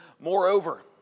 Moreover